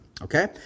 Okay